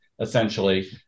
essentially